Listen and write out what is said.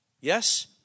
Yes